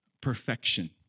perfection